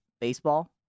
baseball